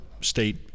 state